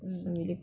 mm